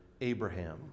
Abraham